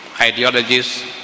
ideologies